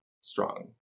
strong